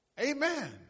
Amen